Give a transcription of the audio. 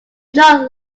not